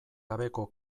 gabeko